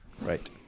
Right